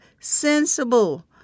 sensible